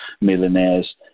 millionaires